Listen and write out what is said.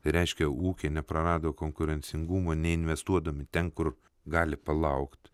tai reiškia ūkiai neprarado konkurencingumo neinvestuodami ten kur gali palaukt